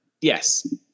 Yes